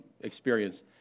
experience